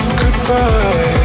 goodbye